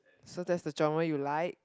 so that's the drama you like